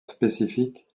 spécifiques